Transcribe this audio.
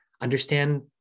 understand